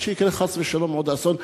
עד שחס וחלילה יקרה עוד אסון?